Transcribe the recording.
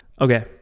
Okay